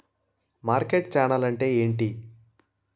Market channel అంటే ఏమిటి?